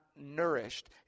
nourished